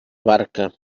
barca